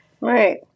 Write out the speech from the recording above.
Right